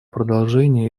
продолжение